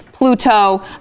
Pluto